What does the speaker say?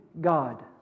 God